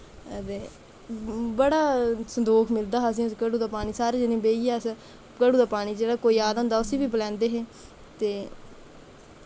अ ते बड़ा संदोख मिलदा हा उस घड़ू दा पानी सारे जने बैहियै अस घड़ू दा पानी जेह्ड़ा कोई आए होंदा हा उस्सी बी पलैंदे हे ते